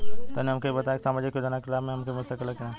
तनि हमके इ बताईं की सामाजिक योजना क लाभ हमके मिल सकेला की ना?